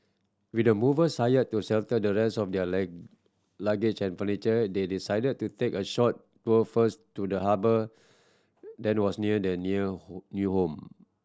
with the movers hired to settle the rest of their luggage and furniture they decided to take a short tour first to the harbour that was near their new new home